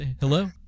Hello